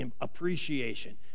appreciation